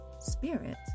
spirit